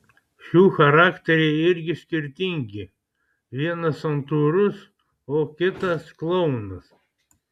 šių charakteriai irgi skirtingi vienas santūrus o kitas klounas